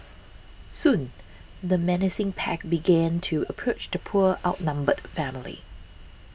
soon the menacing pack began to approach the poor outnumbered family